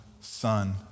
son